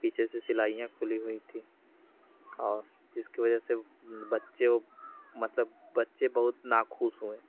पीछे से सिलाईयाँ खुली हुई थीं और जिसकी वजह से बच्चे वह मतलब बच्चे बहुत नाखुश हुए